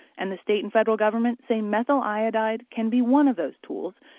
and the state and federal government say methyl iodide can be one of those tools,